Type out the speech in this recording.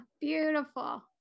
beautiful